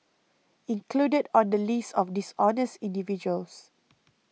included on the list of dishonest individuals